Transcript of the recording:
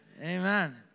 amen